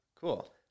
Cool